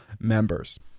members